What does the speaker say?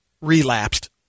relapsed